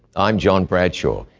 i'm john bradshaw.